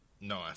nice